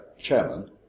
chairman